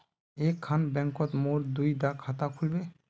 एक खान बैंकोत मोर दुई डा खाता खुल बे?